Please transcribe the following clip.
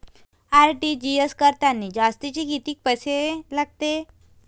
RTGS करतांनी जास्तचे कितीक पैसे लागते?